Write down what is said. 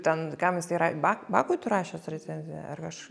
ten kam jisai ra bak bakui tu rašęs recenziją ar aš